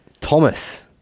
Thomas